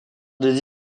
des